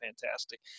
fantastic